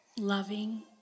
loving